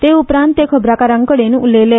ते उपरांत ते खबराकारांकडेन उलयले